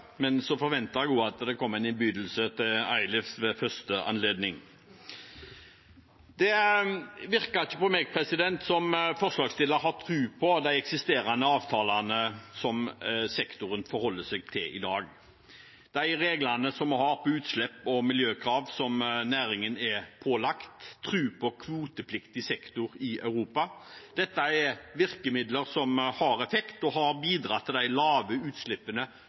men jeg forventer også at det kommer en innbydelse til Eilefs Landhandleri ved første anledning. Det virker ikke på meg som om forslagsstillerne har tro på de eksisterende avtalene som sektoren forholder seg til i dag – de reglene som er for utslipp og miljøkrav, og som næringen er pålagt – og den kvotepliktige sektoren i Europa. Dette er virkemidler som har effekt, og har bidratt til de lave utslippene